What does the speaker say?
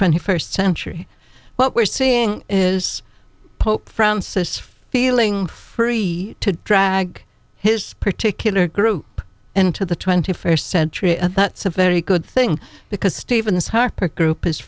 twenty first century what we're seeing is pope francis feeling free to drag his particular group into the twenty first century and that's a very good thing because stephen harper group is